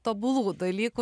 tobulų dalykų